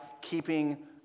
keeping